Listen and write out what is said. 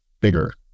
bigger